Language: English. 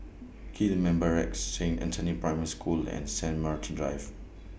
Gillman Barracks Saint Anthony's Primary School and Saint Martin's Drive